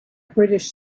british